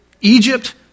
Egypt